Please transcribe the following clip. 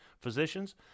physicians